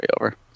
over